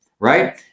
Right